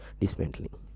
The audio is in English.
dismantling